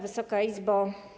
Wysoka Izbo!